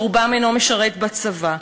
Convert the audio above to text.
שרובם אינו משרת בצבא,